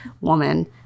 woman